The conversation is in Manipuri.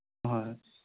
ꯑꯍꯣꯏ